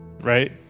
right